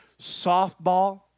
softball